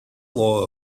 law